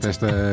Esta